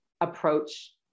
approach